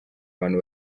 abantu